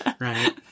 right